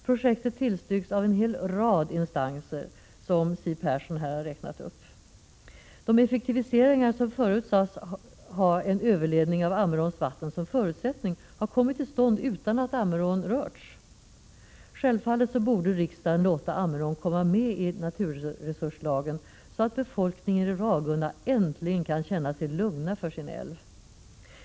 Projektet avstyrks av en hel rad instanser, som Siw Persson här räknade upp. De effektiviseringar för vilka en överledning av Ammeråns vatten förut sades vara förutsättningen har kommit till stånd utan att Ammerån rörts. Självfallet borde riksdagen låta Ammerån komma att omfattas av naturresurslagen, så att befolkningen i Ragunda äntligen kan känna sig lugn för sin älv.